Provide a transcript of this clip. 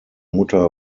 mutter